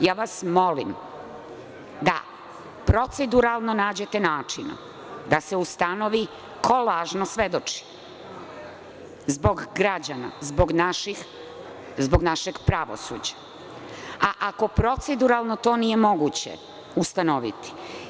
Molim vas da proceduralno nađete načina da se ustanovi ko lažno svedoči zbog građana, zbog našeg pravosuđa, a ako proceduralno to nije moguće, ustanoviti.